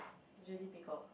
J D Peacock